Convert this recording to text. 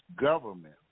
government